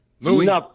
Louie